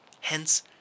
Hence